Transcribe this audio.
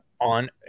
on